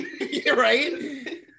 right